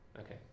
Okay